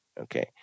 Okay